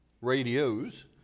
radios